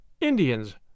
Indians